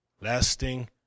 lasting